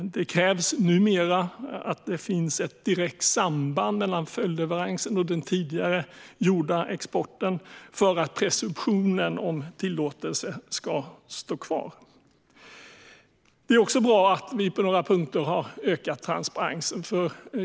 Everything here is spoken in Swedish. Det krävs numera att det finns ett direkt samband mellan följdleveransen och den tidigare gjorda exporten för att presumtionen om tillåtelse ska stå kvar. Det är också bra att vi på några punkter har ökat transparensen.